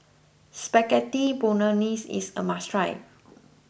Spaghetti Bolognese is a must try